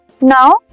Now